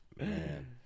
Man